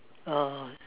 oh